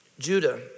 Judah